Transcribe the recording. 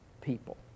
people